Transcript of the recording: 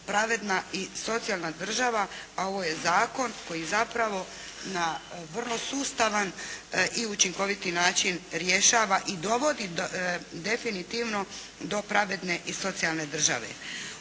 pravedna i socijalna država. A ovo je zakon koji zapravo na vrlo sustavan i učinkoviti način rješava i dovodi definitivno do pravedne i socijalne države.